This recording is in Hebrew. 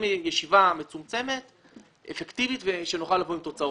ישיבה מצומצמת ואפקטיבית כך שנוכל לבוא עם תוצאות.